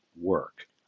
work